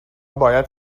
باید